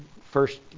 first